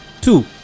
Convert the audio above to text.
Two